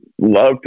love